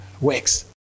works